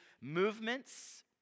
movements